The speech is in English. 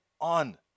on